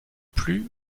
plus